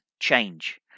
change